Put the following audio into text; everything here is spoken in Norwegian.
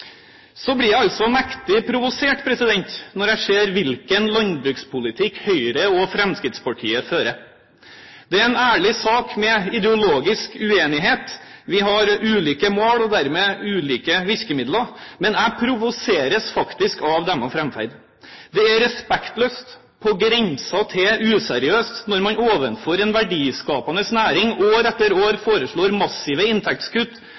Så blir jeg altså mektig provosert når jeg ser hvilken landbrukspolitikk Høyre og Fremskrittspartiet fører. Det er en ærlig sak med ideologisk uenighet. Vi har ulike mål og dermed ulike virkemidler. Men jeg provoseres faktisk av deres framferd. Det er respektløst, på grensen til useriøst, når man overfor en verdiskapende næring år etter år foreslår massive inntektskutt